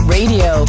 Radio